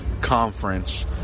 conference